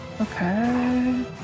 Okay